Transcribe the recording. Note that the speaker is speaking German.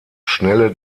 schnelle